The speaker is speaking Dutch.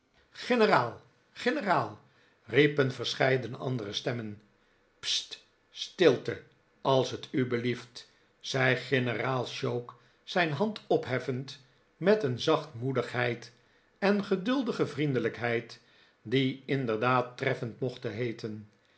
riepen verscheidene andere stemmen sst stilte als het u belieft zei generaal choke zijn hand opheffend met een zachtmoedigheid en geduldige vriendelijkheid die inderdaad treffend mochten heeten